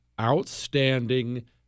outstanding